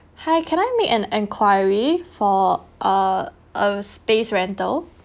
hi can I make an enquiry for uh a space rental